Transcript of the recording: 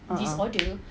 ah